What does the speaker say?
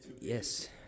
Yes